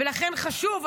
ולכן חשוב,